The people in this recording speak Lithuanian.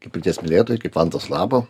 kaip pirties mylėtojai kaip vantos labo